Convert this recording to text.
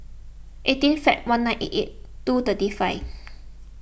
eighteen February one nine eight eight two thirty five